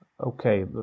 Okay